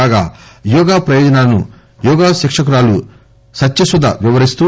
కాగా యోగా ప్రయోజనాలను యోగా శిక్షకురాలు సత్యసుధ వివరిస్తూ